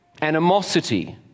animosity